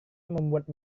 membuat